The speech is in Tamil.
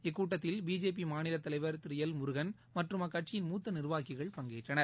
இக்கூட்டத்தில் பிஜேபிமாநிலதலைவர் திருஎல் முருகன் மற்றும் அக்கட்சியின் மூத்தநிர்வாகிகள் பங்கேற்றனர்